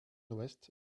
west